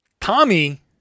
Tommy